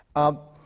i'm